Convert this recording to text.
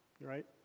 right